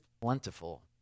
plentiful